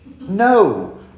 No